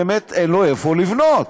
באמת אין לה איפה לבנות.